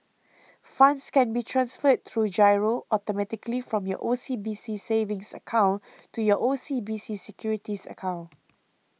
funds can be transferred through giro automatically from your O C B C savings account to your O C B C securities account